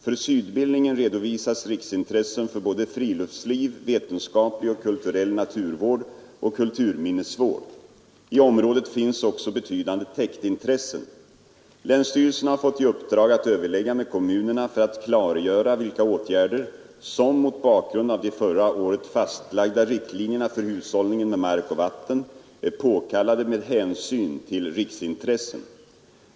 För Sydbillingen redovisas riksintressen för både friluftsliv, vetenskaplig och kulturell naturvård och kulturminnesvård. I området finns också betydande täktintressen. Länsstyrelserna har fått i uppdrag att överlägga med kommunerna för att klargöra vilka åtgärder som — mot bakgrund av de förra året fastlagda riktlinjerna för hushållningen med mark och vatten — är påkallade med hänsyn till riksintressen.